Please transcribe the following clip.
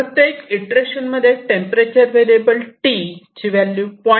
प्रत्येक इटरेशन मध्ये temperature variable T ची व्हॅल्यू 0